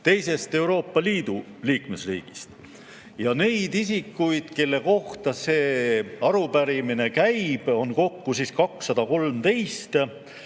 teisest Euroopa Liidu liikmesriigist. Neid isikuid, kelle kohta see arupärimine käib, on kokku 213.